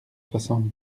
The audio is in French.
soixante